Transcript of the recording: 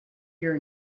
your